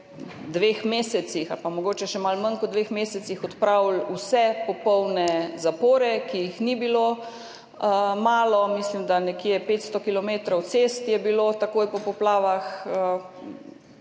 dveh mesecih ali pa mogoče še malo manj kot dveh mesecih odpravili vse popolne zapore, ki jih ni bilo malo, mislim, da je bilo nekje 500 km cest takoj po poplavah